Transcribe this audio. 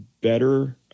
better